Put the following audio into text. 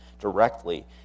directly